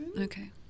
Okay